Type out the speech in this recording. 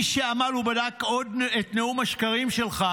מי שעמל ובדק עוד את נאום השקרים שלך,